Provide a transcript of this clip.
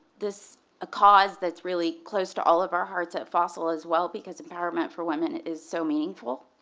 this cause that's really close to all of our hearts at fossil as well because empowerment for women is so meaningful.